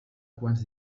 quants